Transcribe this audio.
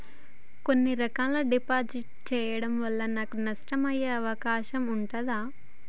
కొన్ని రకాల డిపాజిట్ చెయ్యడం వల్ల నాకు నష్టం అయ్యే అవకాశం ఉంటదా?